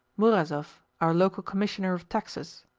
murazov, our local commissioner of taxes.